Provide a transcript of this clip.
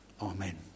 amen